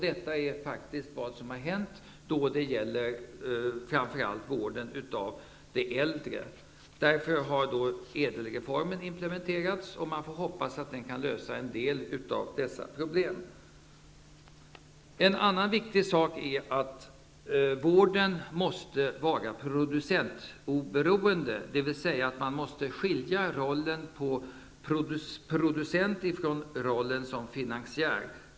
Detta är faktiskt vad som har hänt, framför allt beträffande vården för äldre. Därför har Ädel-reformen implementerats, och man får hoppas att den kan lösa en del av dessa problem. En annan viktig sak är att vården måste vara producentoberoende, dvs. man måste skilja rollen som producent ifrån rollen som finansiär.